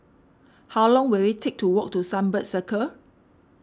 how long will it take to walk to Sunbird Circle